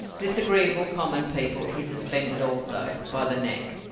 disagreeable common people he suspended also by the neck.